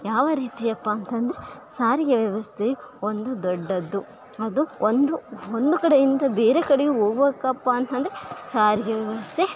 ಯಾವ ರೀತಿಯಪ್ಪ ಅಂತಂದರೆ ಸಾರಿಗೆ ವ್ಯವಸ್ಥೆ ಒಂದು ದೊಡ್ಡದ್ದು ಅದು ಒಂದು ಒಂದು ಕಡೆಯಿಂದ ಬೇರೆ ಕಡೆಗು ಹೋಗ್ಬೇಕಪ್ಪ ಅಂತಂದರೆ ಸಾರಿಗೆ ವ್ಯವಸ್ಥೆ